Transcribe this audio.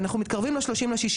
שרשות האוכלוסין,